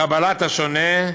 קבלת השונה,